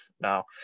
Now